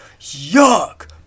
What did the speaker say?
Yuck